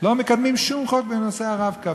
לא מקדמים שום חוק בנושא ה"רב-קו",